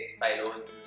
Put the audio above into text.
silos